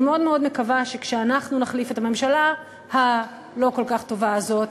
אני מאוד מאוד מקווה שכשאנחנו נחליף את הממשלה הלא-כל-כך טובה הזאת,